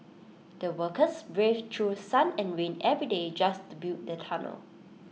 the workers braved through sun and rain every day just to build the tunnel